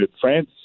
France